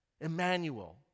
Emmanuel